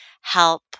help